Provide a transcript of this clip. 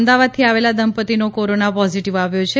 અમદાવાદથી આવેલા દંપતીનો કોરોના પોઝિટિવ આવ્યો છે